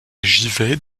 givet